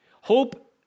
Hope